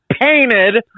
painted